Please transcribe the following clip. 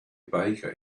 baker